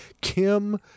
kim